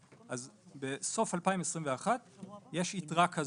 אז בסוף 2021 יש יתרה כזאת.